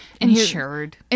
Insured